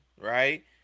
right